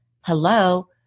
Hello